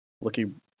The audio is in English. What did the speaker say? looking